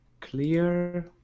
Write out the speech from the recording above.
clear